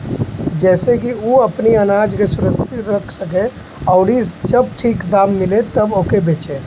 जेसे की उ अपनी आनाज के सुरक्षित रख सके अउरी जब ठीक दाम मिले तब ओके बेचे